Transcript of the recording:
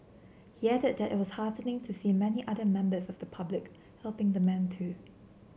he added that it was heartening to see many other members of the public helping the man too